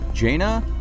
Jaina